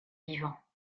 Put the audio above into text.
vivants